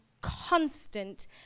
constant